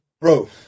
Bro